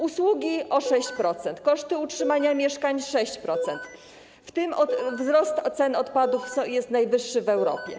Usługi o 6%, koszty utrzymania mieszkań - 6%, w tym wzrost cen odpadów jest najwyższy w Europie.